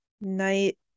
night